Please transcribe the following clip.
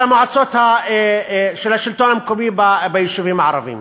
של השלטון המקומי ביישובים הערביים,